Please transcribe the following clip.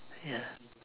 ya